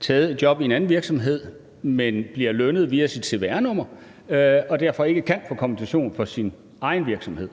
taget et job i en anden virksomhed, men bliver lønnet via sit cvr-nummer og derfor ikke kan få kompensation for sin egen virksomhed.